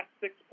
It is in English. six